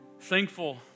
thankful